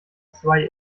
zwei